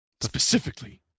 Specifically